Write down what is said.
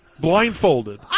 blindfolded